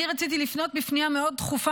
אני רציתי לפנות בפנייה מאוד דחופה,